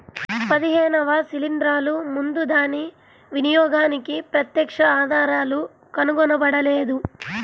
పదిహేనవ శిలీంద్రాలు ముందు దాని వినియోగానికి ప్రత్యక్ష ఆధారాలు కనుగొనబడలేదు